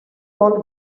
all